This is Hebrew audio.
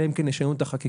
אלא אם כן ישנו את החקיקה.